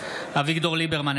אביגדור ליברמן,